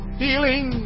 healing